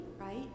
right